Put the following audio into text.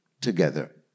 together